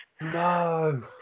No